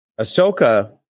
Ahsoka